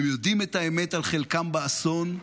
הם יודעים את האמת על חלקם באסון,